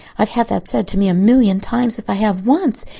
i've had that said to me a million times if i have once.